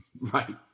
Right